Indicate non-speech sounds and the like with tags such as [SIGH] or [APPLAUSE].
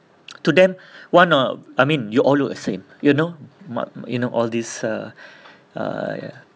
to them [BREATH] one of I mean you all look the same you know ma~ you know all this uh uh ya